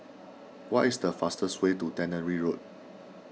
what is the fastest way to Tannery Road